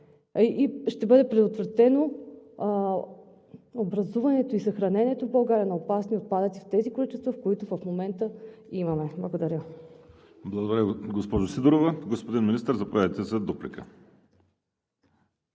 ще бъде предотвратено образуването и съхранението в България на опасни отпадъци в тези количества, в които в момента имаме. Благодаря. ПРЕДСЕДАТЕЛ ВАЛЕРИ СИМЕОНОВ: Благодаря, госпожо Сидорова. Господин Министър, заповядайте за дуплика.